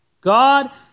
God